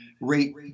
rate